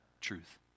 truth